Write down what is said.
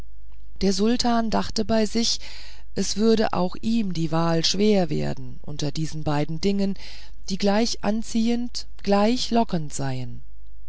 der sultan dachte bei sich da würde auch ihm die wahl schwer werden unter diesen beiden dingen die gleich anziehend gleich lockend seien